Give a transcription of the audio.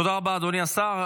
תודה רבה, אדוני השר.